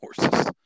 horses